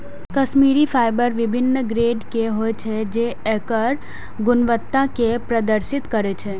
Kashmiri fibre विभिन्न grade के होइ छै, जे एकर गुणवत्ता कें प्रदर्शित करै छै